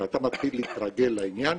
אבל אתה מתחיל להתרגל לעניין.